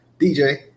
DJ